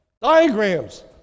diagrams